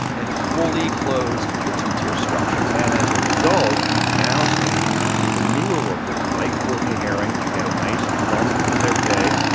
and fully closed the two-tier structure and as a result, you've now seen the newer workers, like courtney hering, get a nice bump in their pay.